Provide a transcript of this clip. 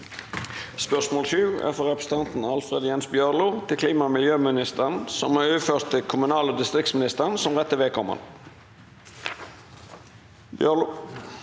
spørsmålet, frå repre- sentanten Alfred Jens Bjørlo til klima- og miljøministeren, er overført til kommunal- og distriktsministeren som rette vedkomande. Alfred